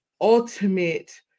ultimate